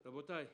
רבותי,